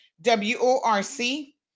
W-O-R-C